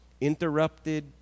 interrupted